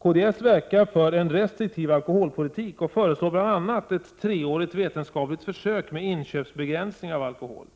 Kds verkar för en restriktiv alkoholpolitik och föreslår bl.a. ett treårigt vetenskapligt försök med inköpsbegränsning av alkohol.